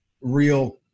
real